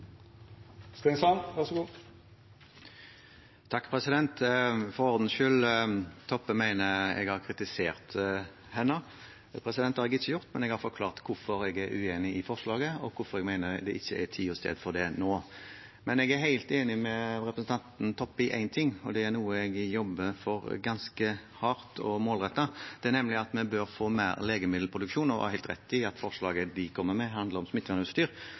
For ordens skyld: Toppe mener jeg har kritisert henne. Det har jeg ikke gjort, men jeg har forklart hvorfor jeg er uenig i forslaget, og hvorfor jeg mener det ikke er tid og sted for det nå. Men jeg er helt enig med representanten Toppe i én ting, og det er noe jeg jobber ganske hardt og målrettet for, nemlig at vi bør få mer legemiddelproduksjon. Hun har helt rett i at forslaget de kommer med, handler om